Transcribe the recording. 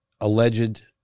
Alleged